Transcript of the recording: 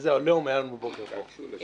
איזה עליהום היה היום בבוקר פה.